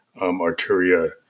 Arteria